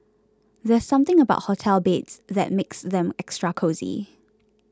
there's something about hotel beds that makes them extra cosy